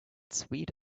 sweet